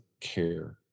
care